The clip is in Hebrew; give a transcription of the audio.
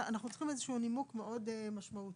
אנחנו צריכים איזשהו נימוק מאוד משמעותי.